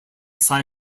sci